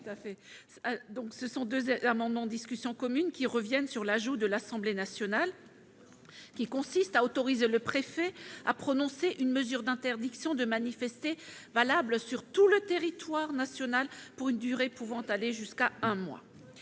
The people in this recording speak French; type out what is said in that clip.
Ces deux amendements reviennent sur l'ajout de l'Assemblée nationale visant à autoriser le préfet à prononcer une mesure d'interdiction de manifester valable sur tout le territoire national, pour une durée pouvant aller jusqu'à un mois.